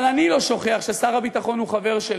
אבל אני לא שוכח ששר הביטחון הוא חבר שלי.